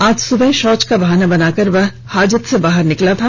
आज सुबह शौच का बहाना बनाकर हाजत से बाहर निकला था